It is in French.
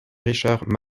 richard